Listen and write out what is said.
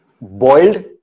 boiled